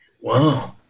Wow